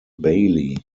bailey